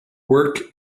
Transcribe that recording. work